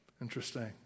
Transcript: Interesting